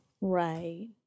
Right